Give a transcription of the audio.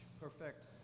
perfect